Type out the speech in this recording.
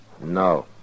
No